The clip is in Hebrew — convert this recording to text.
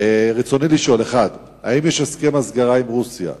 רצוני לשאול: 1. האם יש הסכם הסגרה עם רוסיה?